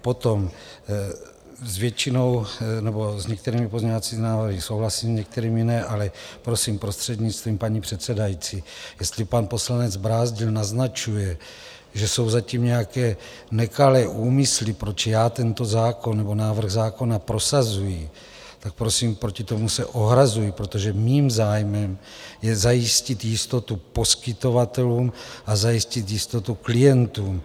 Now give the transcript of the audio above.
Potom s většinou nebo s některými pozměňovací návrhy souhlasím, s některými ne, ale prosím, prostřednictvím paní předsedající, jestli pan poslanec Brázdil naznačuje, že jsou za tím nějaké nekalé úmysly, proč já tento zákon nebo návrh zákona prosazuji, tak prosím, proti tomu se ohrazuji, protože mým zájmem je zajistit jistotu poskytovatelům a zajistit jistotu klientům.